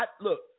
Look